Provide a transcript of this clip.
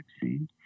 vaccine